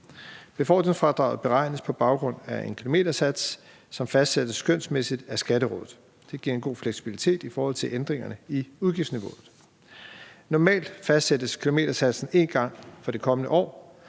Befordringsfradraget beregnes på baggrund af en kilometersats, som fastsættes skønsmæssigt af Skatterådet. Det giver en god fleksibilitet i forhold til ændringerne i udgiftsniveauet. Normalt fastsættes kilometersatsen en gang om året for det kommende år,